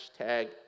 hashtag